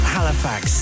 Halifax